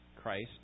Christ